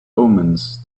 omens